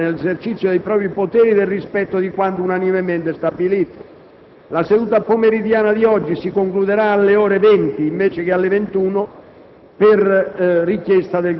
La Presidenza si farà garante, nell'esercizio dei propri poteri, del rispetto di quanto unanimemente stabilito. La seduta pomeridiana di oggi si concluderà alle ore 20, anziché alle ore